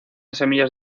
semillas